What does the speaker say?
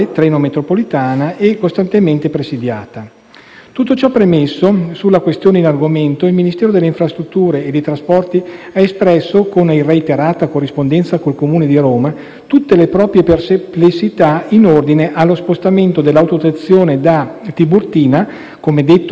Tutto ciò premesso, sulla questione in argomento il Ministero delle infrastrutture e dei trasporti ha espresso, come in reiterata corrispondenza con il Comune di Roma, tutte le proprie perplessità in ordine allo spostamento dell'autostazione da Tiburtina (come detto semicentrale e dotata di buone connessioni modali)